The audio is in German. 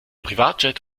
privatjet